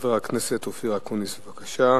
חבר הכנסת אופיר אקוניס, בבקשה.